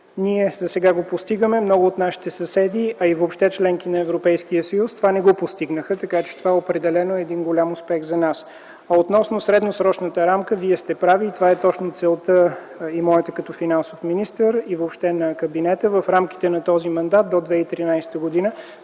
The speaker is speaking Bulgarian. г. Засега го постигаме. Много от нашите съседи, а и въобще членки на Европейския съюз не постигнаха това. Така че то е определено голям успех за нас. Относно средносрочната рамка Вие сте прав. Това е целта, както и моята като финансов министър, а и въобще на Кабинета – в рамките на този мандат до 2013 г. да